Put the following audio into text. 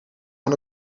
van